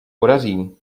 podaří